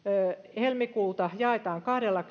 helmikuulta jaetaan